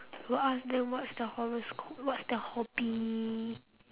will ask them what's the horoscope what's their hobby